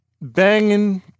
Banging